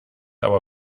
aber